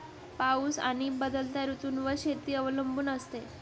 पाऊस आणि बदलत्या ऋतूंवर शेती अवलंबून असते